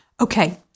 okay